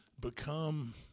become